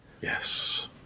Yes